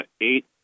eight